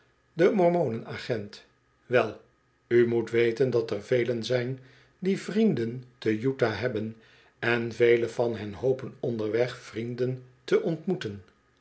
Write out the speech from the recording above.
de mormonen agent wel u moet weten dat er velen zijn die vrienden te utah hebben en velen van hen hopen onderweg vrienden te ontmoeten